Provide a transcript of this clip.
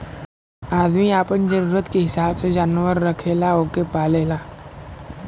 आदमी आपन जरूरत के हिसाब से जानवर रखेला ओके पालेला